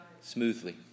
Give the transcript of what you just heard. smoothly